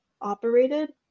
operated